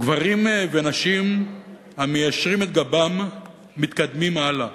גברים ונשים המיישרים את גבם מתקדמים הלאה.